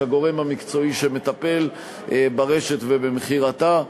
כגורם המקצועי שמטפל ברשת ובמכירתה.